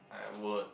I would